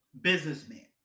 businessman